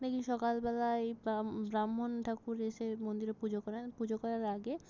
দেখি সকালবেলায় ব্রাহ্মণ ঠাকুর এসে মন্দিরে পুজো করেন পুজো করার আগে